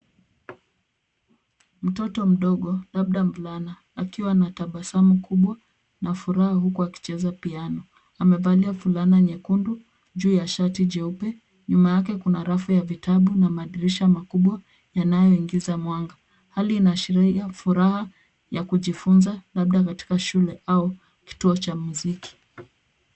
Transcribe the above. Mtoto mdogo, labda mvulana, akiwa na tabasamu kubwa, na furaha huku akicheza piano . Amevalia fulana nyekundu, juu ya shati jeupe. Nyuma yake kuna rafu ya vitabu, na madirisha makubwa, yanayoingiza mwanga. Hali inaashiria furaha, ya kujifunza, labda katika shule au kituo cha muziki.